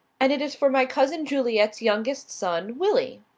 and it is for my cousin juliet's youngest son, willie.